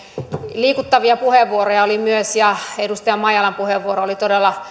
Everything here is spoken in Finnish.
liikuttavia puheenvuoroja oli myös ja edustaja maijalan puheenvuoro oli todella